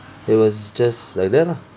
it was just like that lah